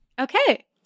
Okay